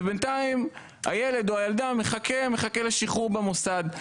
ובינתיים הילד או הילדה מחכה לשחרור במוסד.